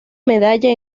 medalla